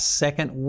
second